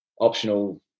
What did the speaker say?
optional